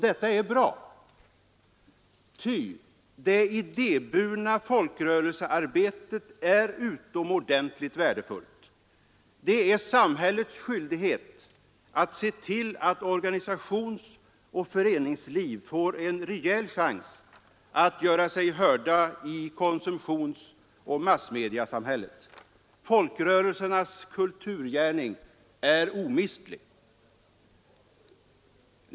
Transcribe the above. Detta är bra, ty det idéburna folkrörelsearbetet är utomordentligt värdefullt. Det är samhällets skyldighet att se till att organisationsoch föreningslivet får en rejäl chans att göra sig hört i konsumtionsoch massmediasamhället. Folkrörelsernas kulturgärning är omistlig.